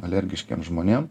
alergiškiem žmonėm